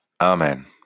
Amen